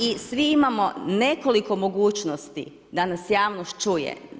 I svi imamo nekoliko mogućnosti da nas javnost čuje.